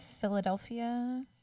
Philadelphia